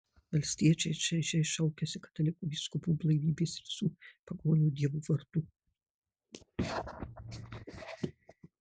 valstiečiai šaižiai šaukiasi katalikų vyskupų blaivybės ir visų pagonių dievų vardų